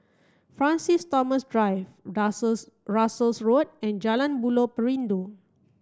Francis Thomas Drive Russels Road and Jalan Buloh Perindu